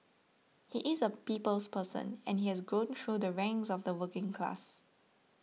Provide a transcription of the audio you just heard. he is a people's person and he has grown through the ranks of the working class